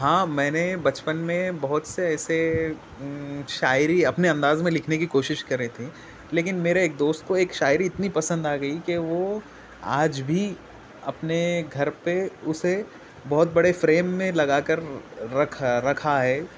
ہاں میں نے بچپن میں بہت سے ایسے شاعری اپنے انداز میں لکھنے کی کوشش کر رہے تھے لیکن میرے ایک دوست کو ایک شاعری اتنی پسند آ گئی کہ وہ آج بھی اپنے گھر پہ اسے بہت بڑے فریم میں لگا کر رکھ رکھا ہے